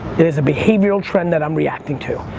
it is a behavioral trend that i'm reacting to.